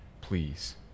please